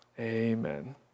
Amen